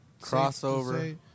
crossover